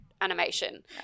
animation